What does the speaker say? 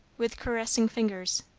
with caressing fingers.